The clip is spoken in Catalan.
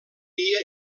via